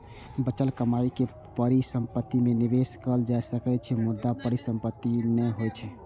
बचल कमाइ के परिसंपत्ति मे निवेश कैल जा सकै छै, मुदा परिसंपत्ति नै होइ छै